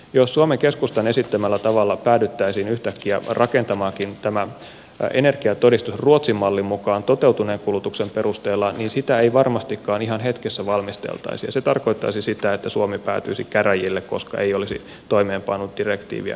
jos suomen keskustan esittämällä tavalla päädyttäisiinkin yhtäkkiä rakentamaan tämä energiatodistus ruotsin mallin mukaan toteutuneen kulutuksen perusteella niin sitä ei varmastikaan ihan hetkessä valmisteltaisi ja se tarkoittaisi sitä että suomi päätyisi käräjille koska ei olisi toimeenpannut direktiiviä riittävän ajoissa